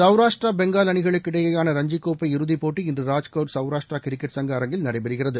சௌராஷ்டிரா பெங்கால் அணிகளுக்கிடையேயான ரஞ்சி கோப்பை இறுதிப்போட்டி இன்று ராஜ்கோட் சௌராஷ்டிரா கிரிக்கெட் சங்க அரங்கில் நடைபெறுகிறது